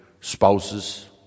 spouses